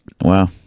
wow